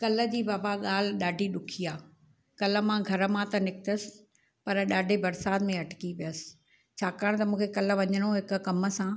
काल्ह जी बाबा ॻाल्ह ॾाढी ॾुखी आ्हे काल्ह मां घर मां त निकितसि पर ॾाढे बरिसात में अटकी पियसि छाकाणि त मूंखे वञिणो हुओ हिक कम सां